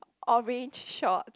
orange shorts